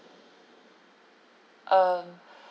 um